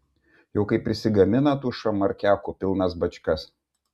jau kai prisigamina tų šamarkiakų pilnas bačkas